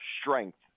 strength